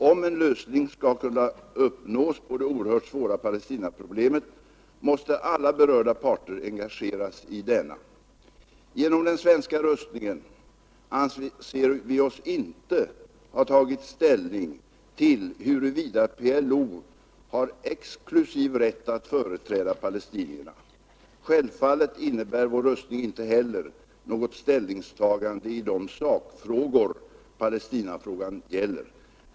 Om en lösning skall kunna uppnås på det oerhört svåra Palestinaproblemet måste alla berörda parter engageras i denna. Genom den svenska röstningen anser vi oss inte ha tagit ställning till huruvida PLO har exklusiv rätt att företräda palestinierna Självfallet innebär vår röstning inte heller något ställningstagande i de sakfrågor Palestinafrågan gäller.